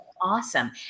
Awesome